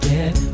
Get